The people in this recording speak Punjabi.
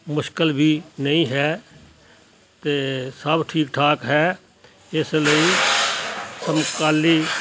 ਮੁਸ਼ਕਲ ਵੀ ਨਹੀਂ ਹੈ ਅਤੇ ਸਭ ਠੀਕ ਠਾਕ ਹੈ ਇਸ ਲਈ ਸਮਕਾਲੀ